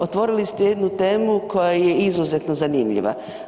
Otvorili ste jednu temu koja je izuzetno zanimljiva.